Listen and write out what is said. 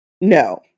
No